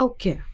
Okay